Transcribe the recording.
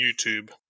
YouTube